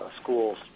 schools